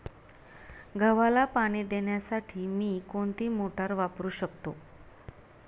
गव्हाला पाणी देण्यासाठी मी कोणती मोटार वापरू शकतो?